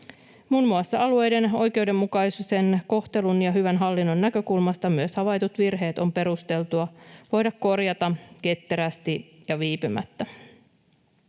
Muun muassa alueiden oikeudenmukaisen kohtelun ja hyvän hallinnon näkökulmasta myös havaitut virheet on perusteltua voida korjata ketterästi ja viipymättä.